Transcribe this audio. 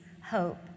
hope